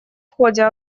ходе